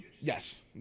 Yes